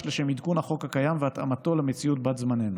לשם עדכון החוק הקיים והתאמתו למציאות בת-זמננו.